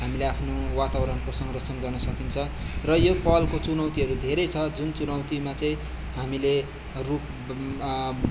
हामीले आफ्नो वातावरणको संरक्षण गर्न सकिन्छ र यो पलको चुनौतीहरू धेरै छ जुन चुनौतीमा चाहिँ हामीले रूख